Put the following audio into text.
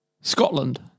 Scotland